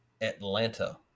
Atlanta